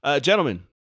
Gentlemen